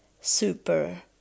super